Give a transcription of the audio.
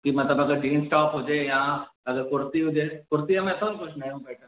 की मतिलबु अगरि जींस टॉप हुजे या अगरि कुर्ती हुजे कुर्तीअ में अथव कुझु नयो पैटर्न